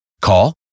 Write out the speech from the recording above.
Call